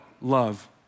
Love